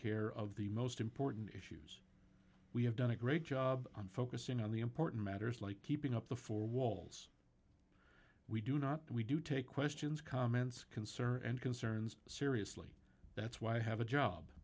care of the most important issues we have done a great job on focusing on the important matters like keeping up the four walls we do not we do take questions comments concerns and concerns seriously that's why i have a job